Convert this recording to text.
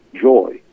joy